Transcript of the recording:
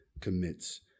commits